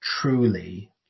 truly